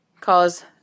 cause